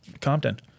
Compton